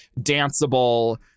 danceable